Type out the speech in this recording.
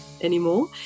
anymore